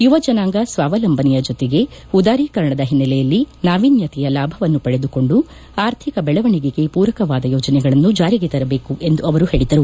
ಯುವಜನಾಂಗ ಸ್ನಾವಲಂಬನೆಯ ಜೊತೆಗೆ ಉದಾರೀಕರಣದ ಹಿನೈಲೆಯಲ್ಲಿ ನಾವೀನ್ನತೆಯ ಲಾಭವನ್ನು ಪಡೆದುಕೊಂಡು ಆರ್ಥಿಕ ಬೆಳವಣಿಗೆಗೆ ಪೂರಕವಾದ ಯೋಜನೆಗಳನ್ನು ಜಾರಿಗೆ ತರಬೇಕು ಎಂದು ಅವರು ಹೇಳಿದರು